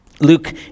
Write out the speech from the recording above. Luke